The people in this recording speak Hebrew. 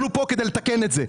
אנחנו פה כדי לתקן את זה.